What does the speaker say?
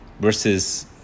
Versus